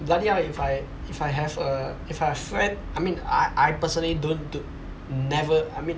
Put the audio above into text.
bloody hell if I if I have a if I've a friend I mean I I personally don't d~ never I mean